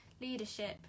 leadership